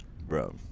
bro